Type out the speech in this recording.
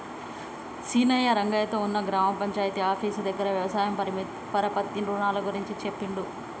సీనయ్య రంగయ్య తో ఉన్న గ్రామ పంచాయితీ ఆఫీసు దగ్గర వ్యవసాయ పరపతి రుణాల గురించి చెప్పిండు